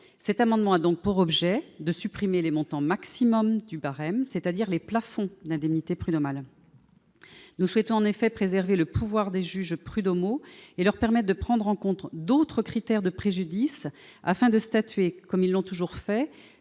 cet amendement a donc pour objet de supprimer les montant maximum du barème, c'est-à-dire les plafonds d'indemnités prud'homales nous souhaite en effet préserver le pouvoir des juges prud'homaux et leur permettent de prendre en contre d'autres critères de préjudice afin de statuer, comme ils l'ont toujours fait